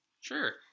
Sure